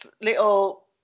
little